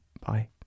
bye